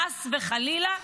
חס וחלילה,